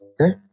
Okay